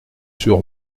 sur